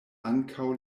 ankaŭ